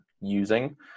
using